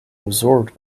absorbed